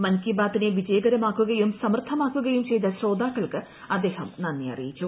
മൻകി ബാത്തിനെ വ്വിജ്യകരമാക്കുകയും സമൃദ്ധമാക്കുകയും ചെയ്ത ശ്രോതാക്കൾക്ക് അദ്ദേഹം നന്ദി അറിയിച്ചു